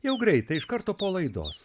jau greitai iš karto po laidos